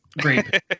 Great